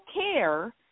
care